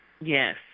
Yes